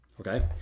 Okay